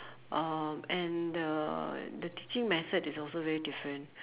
uh and the the teaching method is also very different